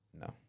No